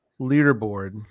leaderboard